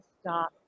stop